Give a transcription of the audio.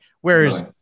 Whereas